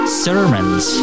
sermons